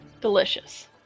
delicious